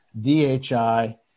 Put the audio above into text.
DHI